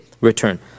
return